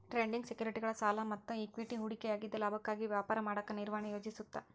trading ಸೆಕ್ಯುರಿಟಿಗಳ ಸಾಲ ಮತ್ತ ಇಕ್ವಿಟಿ ಹೂಡಿಕೆಯಾಗಿದ್ದ ಲಾಭಕ್ಕಾಗಿ ವ್ಯಾಪಾರ ಮಾಡಕ ನಿರ್ವಹಣೆ ಯೋಜಿಸುತ್ತ